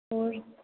ਹੋਰ